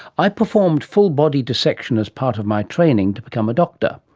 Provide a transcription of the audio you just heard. i performed full-body dissection as part of my training to become a doctor.